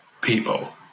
people